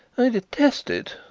i detest it,